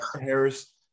Harris